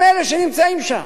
הם אלה שנמצאים שם.